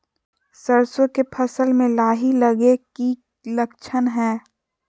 सरसों के फसल में लाही लगे कि लक्षण हय?